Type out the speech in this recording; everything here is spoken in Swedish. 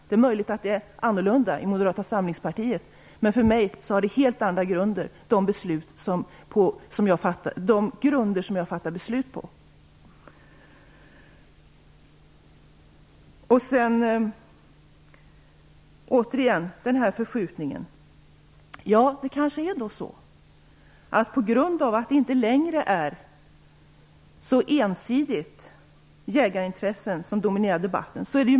Det är möjligt att det är så i Moderata samlingspartiet, men de grunder på vilka jag fattar beslut är helt andra. Vad gäller den här förskjutningen: Kanske det är så att vi får en förskjutning av besluten på grund av att det inte längre så ensidigt är jägarintressen som dominerar debatten.